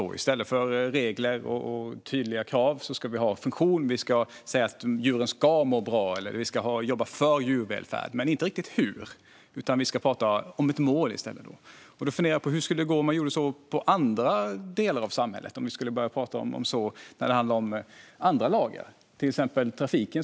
I stället för regler och tydliga krav ska vi ha funktion. Vi ska säga att djuren ska må bra och att vi ska jobba för djurvälfärd men inte riktigt hur. I stället ska vi tala om mål. Jag funderar på hur det skulle gå om vi gjorde så i andra delar av samhället och om vi skulle börja tala så när det handlar om andra lagar, till exempel för trafiken.